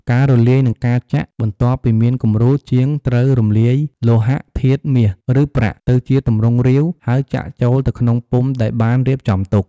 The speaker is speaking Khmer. ការរំលាយ និងការចាក់ បន្ទាប់ពីមានគំរូ ជាងត្រូវរំលាយលោហៈធាតុ មាស ឬប្រាក់ ទៅជាទម្រង់រាវ ហើយចាក់ចូលទៅក្នុងពុម្ពដែលបានរៀបចំទុក។